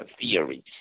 theories